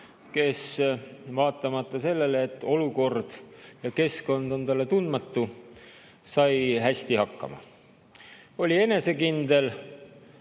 kes vaatamata sellele, et olukord ja keskkond on talle tundmatud, sai hästi hakkama. Ta oli enesekindel,